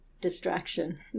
distraction